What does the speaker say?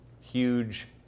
huge